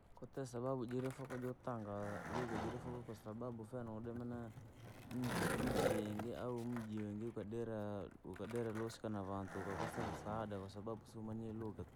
Kwatite sababu jirifo koojo tangaa, lugha jirifoo kwasababu fyana udome na, nchi nchi yingii au muji yingi ukadira, ukadira lusika navantuu ukakosa msaada kwasababu siumanyire lugha tuku.